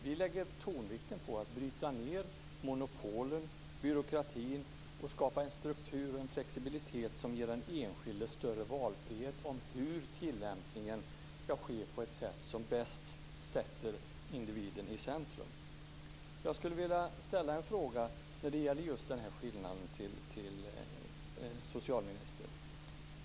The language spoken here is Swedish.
Vi lägger tonvikten vid att man ska bryta ned monopolen och byråkratin och skapa en struktur och en flexibilitet som ger den enskilde större valfrihet när det gäller hur tillämpningen ska ske på ett sätt som bäst sätter individen i centrum. Jag skulle vilja ställa en fråga när det gäller just den här skillnaden till socialministern.